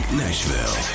nashville